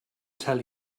tell